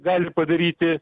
gali padaryti